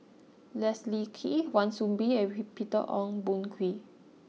Leslie Kee Wan Soon Bee and Peter Ong Boon Kwee